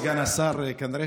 מי אמר שלא הוגשו?